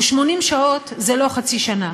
ו-80 שעות זה לא חצי שנה.